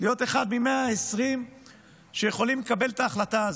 ולהיות אחד מ-120 שיכולים לקבל את ההחלטה הזאת.